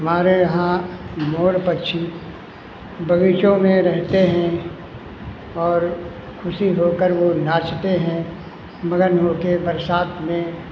हमारे यहाँ मोड पक्षी बगीचों में रहते हैं और खुशी होकर वो नाचते हैं मगन होके बरसात में